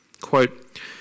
quote